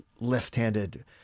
left-handed